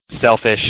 selfish